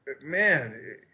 man